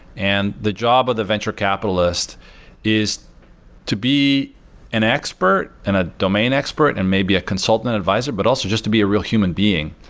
and the job of the venture capitalist is to be an expert and a domain expert and may be a consultant, an advisor, but also just to be a real human being,